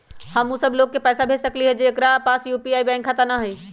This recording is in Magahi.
हम उ सब लोग के पैसा भेज सकली ह जेकरा पास यू.पी.आई बैंक खाता न हई?